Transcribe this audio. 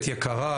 יקרה,